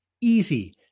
Easy